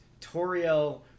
toriel